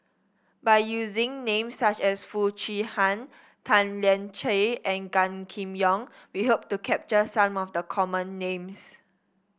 by using names such as Foo Chee Han Tan Lian Chye and Gan Kim Yong we hope to capture some of the common names